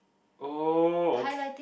oh okay